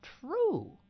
true